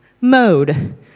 mode